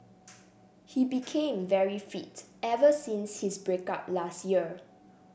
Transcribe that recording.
he became very fit ever since his break up last year